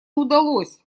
удалось